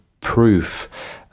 Proof